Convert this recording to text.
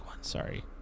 sorry